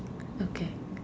okay